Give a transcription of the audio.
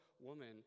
woman